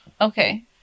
Okay